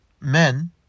men